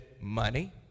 money